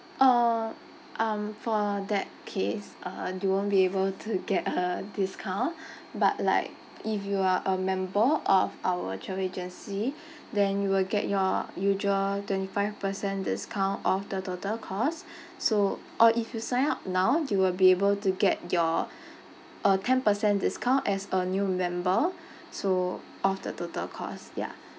uh um for that case uh you won't be able to get a discount but like if you are a member of our travel agency then you will get your usual twenty five percent discount off the total cost so or if you sign up now you will be able to get your a ten percent discount as a new member so off the total cost ya